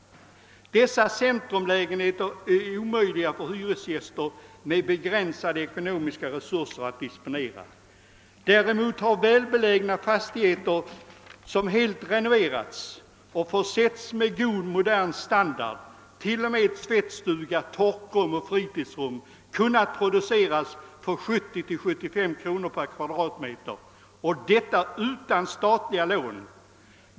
Dessa centrumlägenheter är omöjliga att disponera för hyresgäster med begränsade ekonomiska resurser. Däremot har bostäder i välbelägna äldre fastigheter, som helt renoverats och försetts med god modern standard — t.o.m. tvättstuga, torkrum och fritidsrum — kunnat produceras för 70 —75 kr. per kvadratmeter, och detta utan statliga lån.